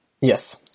yes